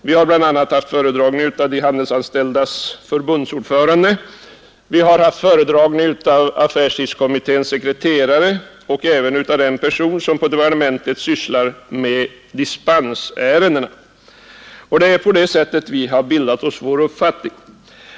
Vi har haft föredragningar av bl.a. de handelsanställdas förbundsordförande, affärstidskommitténs sekreterare och den person som inom departementet sysslar med dispensärendena. Det är på detta sätt vi har bildat oss vår uppfattning.